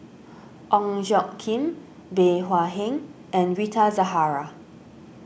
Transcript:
Ong Tjoe Kim Bey Hua Heng and Rita Zahara